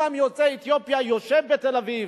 יוצא אתיופיה, שיושב בתל-אביב.